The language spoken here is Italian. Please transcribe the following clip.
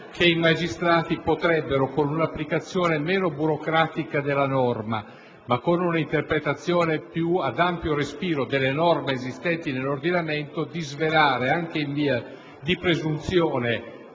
che i magistrati potrebbero, con un'applicazione meno burocratica della norma e un'interpretazione più ad ampio respiro delle norme esistenti nell'ordinamento, disvelare, anche in via di presunzione,